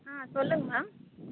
ஆ சொல்லுங்கள் மேம்